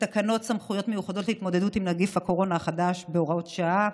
סמכויות מיוחדות להתמודדות עם נגיף הקורונה החדש (הוראת שעה)